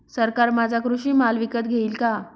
सरकार माझा कृषी माल विकत घेईल का?